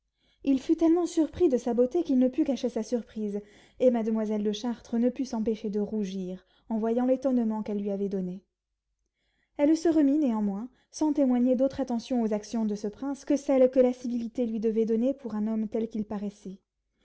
il fut tellement surpris de sa beauté qu'il ne put cacher sa surprise et mademoiselle de chartres ne put s'empêcher de rougir en voyant l'étonnement qu'elle lui avait donné elle se remit néanmoins sans témoigner d'autre attention aux actions de ce prince que celle que la civilité lui devait donner pour un homme tel qu'il paraissait